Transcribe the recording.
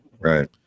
Right